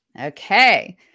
Okay